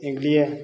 एहि लिए